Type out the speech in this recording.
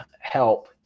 help